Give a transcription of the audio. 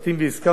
הוא עבר.